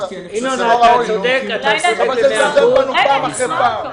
כי אני חושב ש ------ מצפצפים בנו פעם אחר פעם.